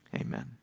amen